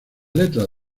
letras